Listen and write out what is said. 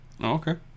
Okay